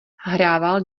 hrával